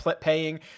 paying